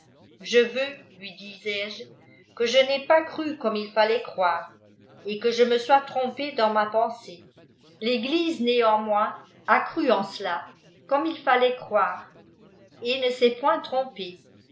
je veux lui disais-je que je n'aie pas cru comme il fiillail croire et que je me sois iiômpé dans ma pensée teglise néanmoins accrue en ôela comme il fallait croire et ne s'est fk in trompée